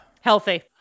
Healthy